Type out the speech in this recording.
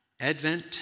Advent